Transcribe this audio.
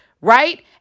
right